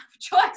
choice